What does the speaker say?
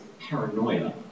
paranoia